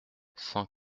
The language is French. cent